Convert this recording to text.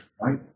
right